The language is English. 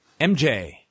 MJ